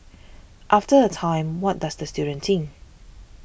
after a time what does the student think